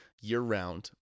year-round